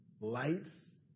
lights